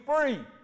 free